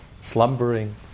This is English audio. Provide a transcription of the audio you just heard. slumbering